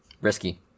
Risky